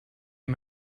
wie